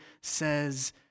says